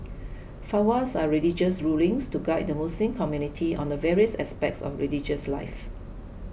fatwas are religious rulings to guide the Muslim community on the various aspects of religious life